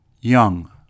young